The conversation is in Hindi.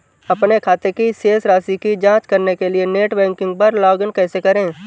अपने खाते की शेष राशि की जांच करने के लिए नेट बैंकिंग पर लॉगइन कैसे करें?